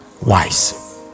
wise